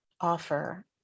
offer